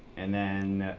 and then